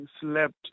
slept